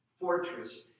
Fortress